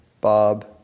Bob